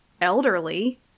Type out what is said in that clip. elderly